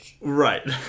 Right